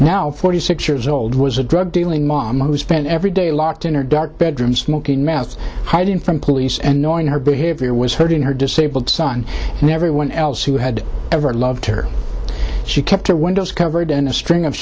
now forty six years old was a drug dealing mom whose spend every day locked in her dark bedroom smoking meth hiding from police and knowing her behavior was hurting her disabled son never one else who had ever loved her she kept her windows covered in a string of